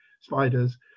spiders